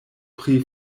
pri